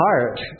heart